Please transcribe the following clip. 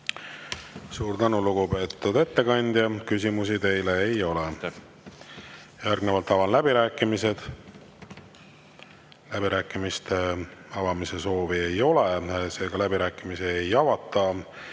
Suur tänu, lugupeetud ettekandja! Küsimusi teile ei ole. Järgnevalt avan läbirääkimised. Läbirääkimiste avamise soovi ei ole, seega läbirääkimisi ei avata.